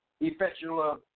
effectual